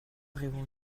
arrivons